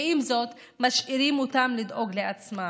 ועם זאת משאירים אותם לדאוג לעצמם.